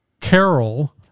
Carol